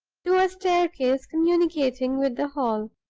to a staircase communicating with the hall.